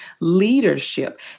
leadership